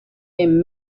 been